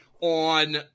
on